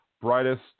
brightest